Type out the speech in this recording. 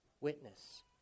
witness